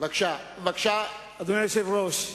אדוני היושב-ראש,